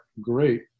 great